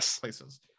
places